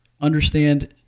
understand